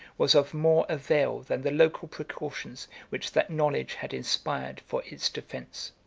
was of more avail than the local precautions which that knowledge had inspired for its defence.